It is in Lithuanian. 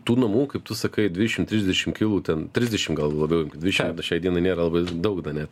tų namų kaip tu sakai dvidešim trisdešim kilų ten trisdešim gal labiau imkim dvidešim šiai dienai nėra labai daug net